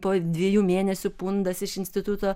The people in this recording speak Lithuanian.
po dviejų mėnesių pundas iš instituto